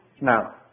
Now